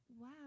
Wow